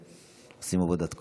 שעושים עבודת קודש.